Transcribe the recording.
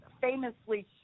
famously